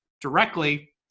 directly